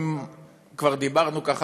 אם כבר דיברנו ככה,